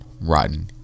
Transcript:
rotten